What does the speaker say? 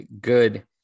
good